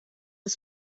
was